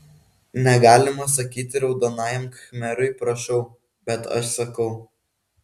negalima sakyti raudonajam khmerui prašau bet aš sakau